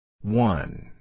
One